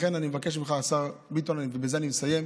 לכן אני מבקש ממך, השר ביטון, ובזה אני מסיים,